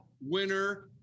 winner